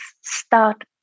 start